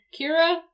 Kira